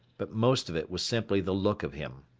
but most of it was simply the look of him.